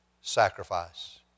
sacrifice